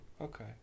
Okay